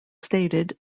stated